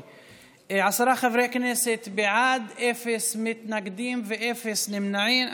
חברי כנסת בעד, אין מתנגדים ואין נמנעים.